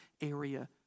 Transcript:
area